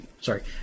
sorry